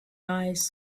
eyes